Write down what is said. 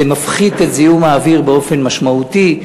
זה מפחית את זיהום האוויר באופן משמעותי,